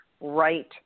right